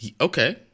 Okay